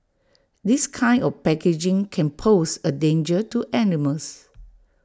this kind of packaging can pose A danger to animals